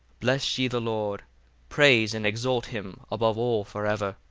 bless ye the lord praise and exalt him above all for ever.